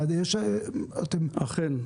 אכן.